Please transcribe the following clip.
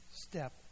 step